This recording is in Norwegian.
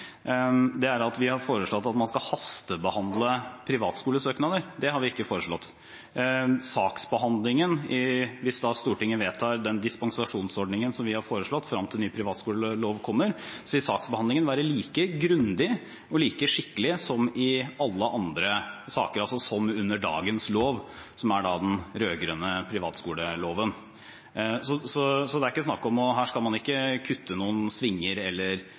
vi har foreslått at man skal hastebehandle privatskolesøknader. Det har vi ikke foreslått. Hvis Stortinget vedtar den dispensasjonsordningen som vi har foreslått frem til ny privatskolelov kommer, vil saksbehandlingen være like grundig og like skikkelig som i alle andre saker, altså som under dagens lov, som er den rød-grønne privatskoleloven. Så her er det ikke snakk om å kutte noen svinger eller hastebehandle på noen